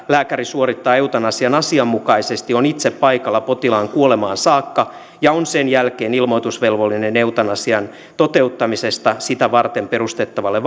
lääkäri suorittaa eutanasian asianmukaisesti on itse paikalla potilaan kuolemaan saakka ja on sen jälkeen ilmoitusvelvollinen eutanasian toteuttamisesta sitä varten perustettavalle